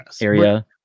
area